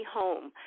home